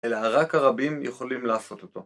אלא רק הרבים יכולים לעשות אותו.